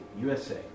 USA